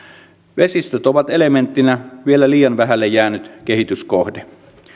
vesistöt ovat elementtinä vielä liian vähälle jäänyt kehityskohde